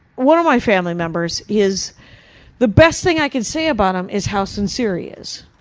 one of my family members is the best thing i can say about him, is how sincere he is.